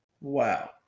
Wow